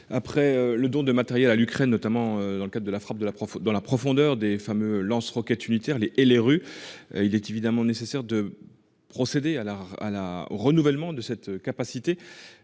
Après le don de matériel à l'Ukraine, notamment dans le cas de la frappe de la prof dans la profondeur des fameux lance-roquettes unitaires Les et les rues. Il est évidemment nécessaire de procéder à la à la renouvellement de cette capacité,